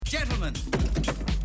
Gentlemen